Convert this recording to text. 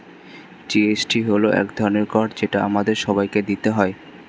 GST হল এক ধরনের কর যেটা আমাদের সবাইকে দিতে হয়